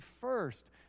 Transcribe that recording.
first